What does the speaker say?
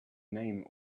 name